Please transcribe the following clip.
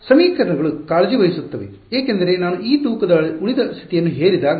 ಸಮೀಕರಣಗಳು ಕಾಳಜಿ ವಹಿಸುತ್ತವೆ ಏಕೆಂದರೆ ನಾನು ಈ ತೂಕದ ಉಳಿದ ಸ್ಥಿತಿಯನ್ನು ಹೇರಿದಾಗ